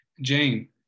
Jane